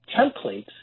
templates